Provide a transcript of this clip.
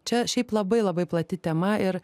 čia šiaip labai labai plati tema ir